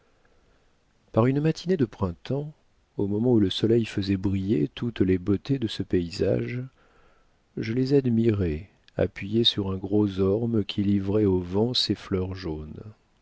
par une matinée de printemps au moment où le soleil faisait briller toutes les beautés de ce paysage je les admirais appuyé sur un gros orme qui livrait au vent ses fleurs jaunes